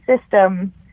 system